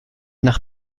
nach